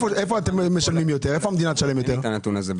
שאלתי מה הלוגיקה.